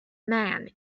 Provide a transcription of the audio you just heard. man